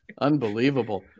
Unbelievable